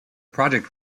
project